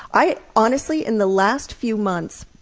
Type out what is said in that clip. i, honestly, in the last few months,